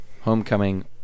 homecoming